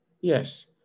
Yes